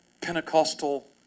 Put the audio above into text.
Pentecostal